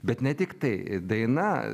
bet ne tiktai daina